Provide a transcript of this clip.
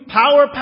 ，power